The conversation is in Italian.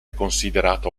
considerato